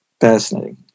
fascinating